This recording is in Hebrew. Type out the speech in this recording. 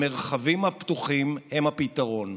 המרחבים הפתוחים הם הפתרון,